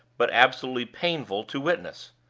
but absolutely painful to witness.